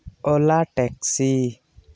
ᱚᱞᱟ ᱴᱮᱠᱥᱤ